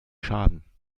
schaden